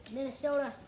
Minnesota